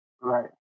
Right